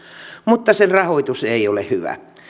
mutta sen rahoitus ei ole hyvä